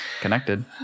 connected